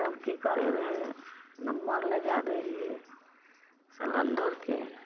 तब की करै रहै नम्बर लगाए दै रहियै सलेण्डरके